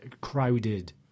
crowded